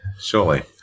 Surely